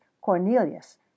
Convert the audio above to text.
Cornelius